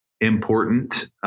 important